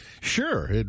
Sure